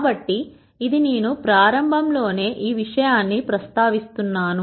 కాబట్టి ఇది నేను ప్రారంభం లోనే ఈ విషయాన్ని ప్రస్తావిస్తున్నాను